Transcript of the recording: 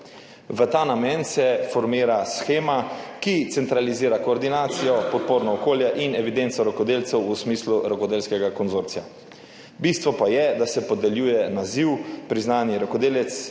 V ta namen se formira shema, ki centralizira koordinacijo, podporno okolje in evidenco rokodelcev v smislu rokodelskega konzorcija. Bistvo pa je, da se podeljuje naziv priznani rokodelec,